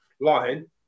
line